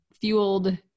fueled